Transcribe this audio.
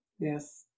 Yes